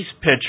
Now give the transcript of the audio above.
pitcher